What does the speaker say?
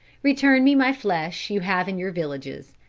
return me my flesh you have in your villages,